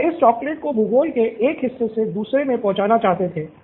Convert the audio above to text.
वे इस चॉकलेट को भूगोल के एक हिस्से से दूसरे में पहुंचाना चाहते थे